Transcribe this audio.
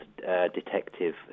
detective